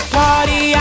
party